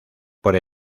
por